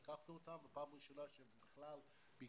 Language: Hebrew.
אליה לקחנו אותם ופעם ראשונה שהם בכלל ביקרו